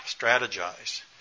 strategize